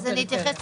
אני אתייחס.